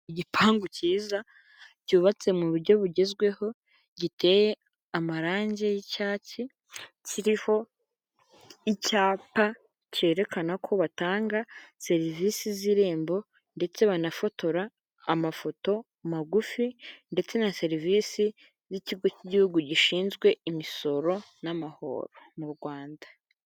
Igipangu cyiza cyubatse mu buryo bugezweho, giteye amarangi y'icyatsi, kiriho icyapa cyerekana ko batanga serivisi z'irembo ndetse banafotora amafoto magufi ndetse na serivisi z'ikigo cy'igihugu gishinzwe imisoro n'amahoro mu Rwanda.